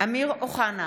אמיר אוחנה,